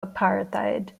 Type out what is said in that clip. apartheid